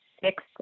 six